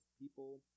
people